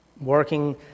working